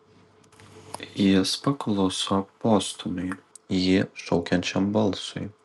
jis pakluso postūmiui jį šaukiančiam balsui